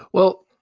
well,